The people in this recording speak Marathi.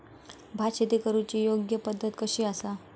भात शेती करुची योग्य पद्धत कशी आसा?